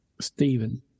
Stephen